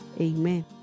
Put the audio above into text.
amen